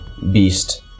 beast